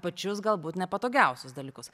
pačius galbūt nepatogiausius dalykus